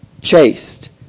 chaste